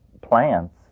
plants